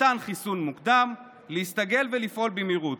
מתן חיסון מוקדם, להסתגל ולפעול במהירות.